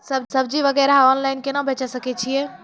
सब्जी वगैरह ऑनलाइन केना बेचे सकय छियै?